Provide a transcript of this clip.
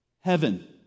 heaven